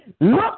Look